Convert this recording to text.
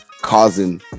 causing